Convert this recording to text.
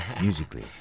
musically